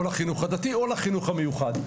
הדתי או המיוחד.